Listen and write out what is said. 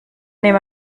nehme